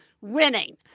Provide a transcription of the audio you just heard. winning